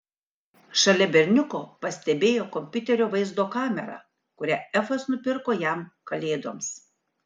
šalia berniuko pastebėjo kompiuterio vaizdo kamerą kurią efas nupirko jam kalėdoms